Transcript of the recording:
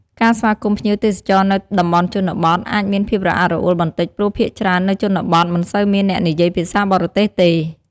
ការស្វាគមន៍ភ្ញៀវទេសចរណ៍នៅតំបន់ជនបទ អាចមានភាពរអាក់រអួលបន្តិចព្រោះភាគច្រើននៅជនបទ មិនសូវមានអ្នកនិយាយភាសាបរទេសទេ។